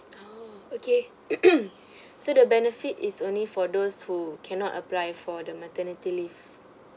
oo okay so the benefit is only for those who cannot apply for the maternity leave